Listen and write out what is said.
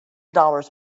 dollars